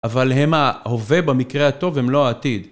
אבל הם ההווה, במקרה הטוב הם לא העתיד.